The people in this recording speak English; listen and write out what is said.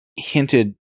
Hinted